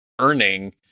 earning